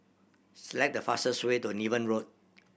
select the fastest way to Niven Road